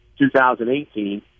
2018